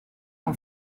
van